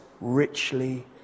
richly